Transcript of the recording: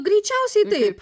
greičiausiai taip